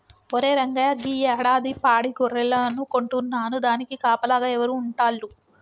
ఒరే రంగయ్య గీ యాడాది పాడి గొర్రెలను కొంటున్నాను దానికి కాపలాగా ఎవరు ఉంటాల్లు